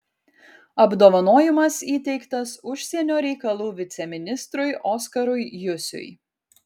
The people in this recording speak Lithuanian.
apdovanojimas įteiktas užsienio reikalų viceministrui oskarui jusiui